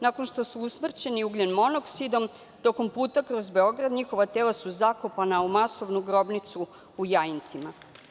Nakon što su usmrćeni ugljen-monoksidom tokom puta kroz Beograd njihova tela su zakopana u masovnu grobnicu u Jajincima.